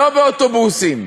לא באוטובוסים,